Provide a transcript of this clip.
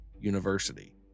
University